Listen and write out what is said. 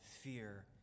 fear